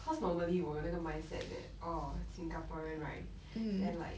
cause normally 我有那个 mindset that orh singaporean right then like